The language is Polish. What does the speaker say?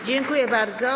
Dziękuję bardzo.